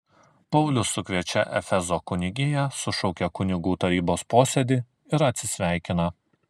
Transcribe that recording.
paulius sukviečia efezo kunigiją sušaukia kunigų tarybos posėdį ir atsisveikina